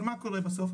אבל מה קורה בסוף?